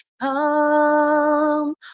come